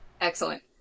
Excellent